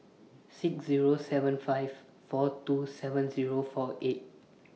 six Zero seven five four two seven Zero four eight